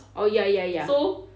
orh ya ya ya